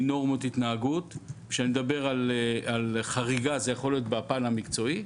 מנורמות התנהגות כשאני מדבר על חריגה זה יכול להיות בפן המקצועי,